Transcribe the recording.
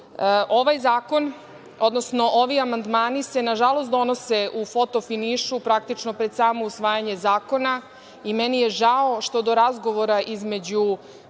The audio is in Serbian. dana. Ovaj zakon, odnosno ovi amandmani se, nažalost, donose u foto-finišu, praktično pred samo usvajanje zakona i meni je žao što do razgovora između